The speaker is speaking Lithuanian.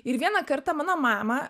ir vieną kartą mano mamą